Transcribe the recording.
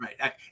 right